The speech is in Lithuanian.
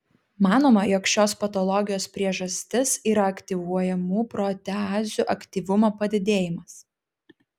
manoma jog šios patologijos priežastis yra aktyvuojamų proteazių aktyvumo padidėjimas